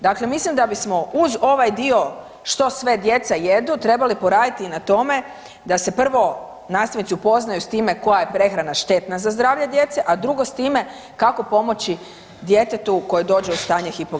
Dakle, mislim da bismo uz ovaj dio što sve djeca jedu trebali poraditi i na tome da se prvo nastavnici upoznaju s time koja je prehrana štetna za zdravlje djece, a drugo s time kako pomoći djetetu koje dođe u stanje hipoglikemije.